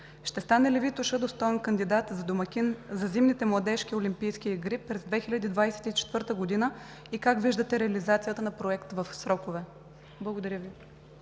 Ще стане ли Витоша достоен кандидат за домакин на Зимните младежки олимпийски игри през 2024 г. и как виждате реализацията на Проекта в срокове? Благодаря Ви.